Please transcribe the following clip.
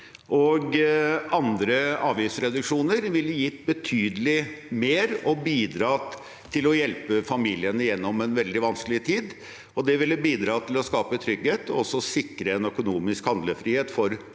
andre avgiftsreduksjoner, ville gitt betydelig mer og bidratt til å hjelpe familiene gjennom en veldig vanskelig tid, og det ville bidratt til å skape trygghet og sikre en økonomisk handlefrihet for